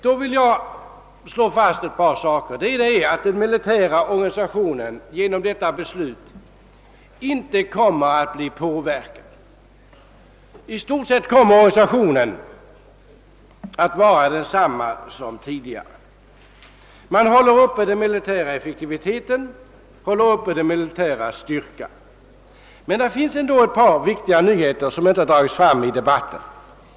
Jag vill slå fast ett par saker i sammanhanget. Låt mig först och främst framhålla att den militära organisationen inte kommer att påverkas genom beslutet. I stort sett kommer organisationen att vara densamma som tidigare — vi upprätthåller den militära effektiviteten, den militära styrkan. Men det är ett par viktiga nyheter som inte tillräckligt förts fram i debatten.